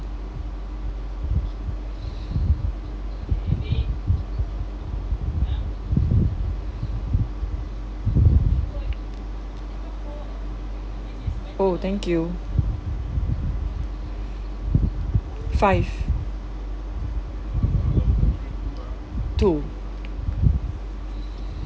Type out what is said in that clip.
oh thank you five two